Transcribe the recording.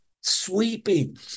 sweeping